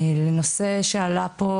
נושא שעלה פה,